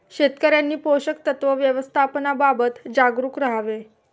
शेतकऱ्यांनी पोषक तत्व व्यवस्थापनाबाबत जागरूक राहावे